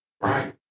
right